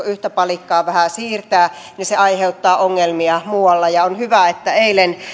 yhtä palikkaa kun vähän siirtää niin se aiheuttaa ongelmia muualla ja on hyvä että eilen